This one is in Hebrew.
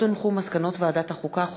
מסקנות ועדת החוקה,